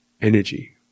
energy